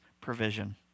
provision